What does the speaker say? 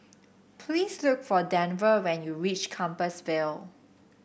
please look for Denver when you reach Compassvale